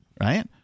Right